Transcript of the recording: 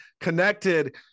connected